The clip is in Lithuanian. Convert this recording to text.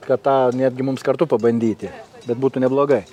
kad tą netgi mums kartu pabandyti bet būtų neblogai